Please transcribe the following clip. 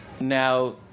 now